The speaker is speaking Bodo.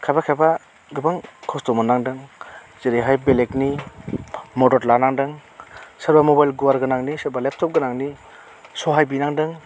खायफा खायफा गोबां खस्थ' मोननांदों जेरैहाय बेलेकनि मदद लानांदों सोरबा मबाइल गुवार गोनांनि सोरबा लेपटप गोनांनि सहाय बिनांदों